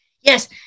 Yes